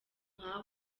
nka